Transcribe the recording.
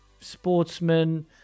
sportsmen